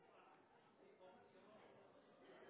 er god